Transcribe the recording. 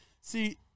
See